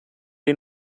ele